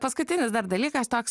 paskutinis dar dalykas toks